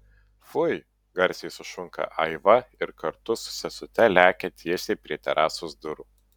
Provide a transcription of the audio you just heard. fui garsiai sušunka aiva ir kartu su sesute lekia tiesiai prie terasos durų